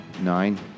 Nine